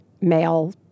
male